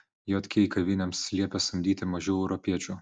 jk kavinėms liepė samdyti mažiau europiečių